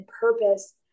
purpose